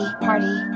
party